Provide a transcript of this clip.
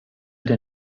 der